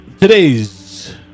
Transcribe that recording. Today's